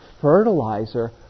fertilizer